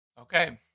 okay